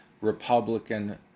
Republican